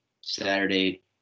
Saturday